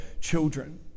children